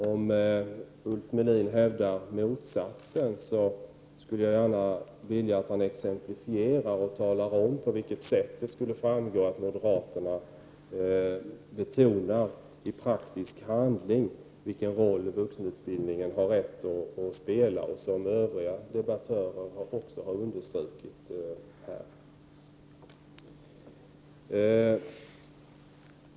Om Ulf Melin hävdar motsatsen, skulle jag gärna vilja att han exemplifierar och talar om på vilket sätt det framgår att moderaterna i praktisk handling betonar vilken roll vuxenutbildningen har rätt att spela, som övriga debattörer också har understrukit.